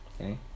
okay